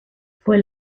fue